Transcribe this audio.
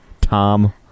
Tom